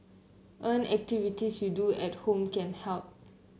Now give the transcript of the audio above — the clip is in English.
activities you do at home can help